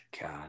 God